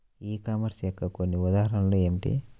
ఈ కామర్స్ యొక్క కొన్ని ఉదాహరణలు ఏమిటి?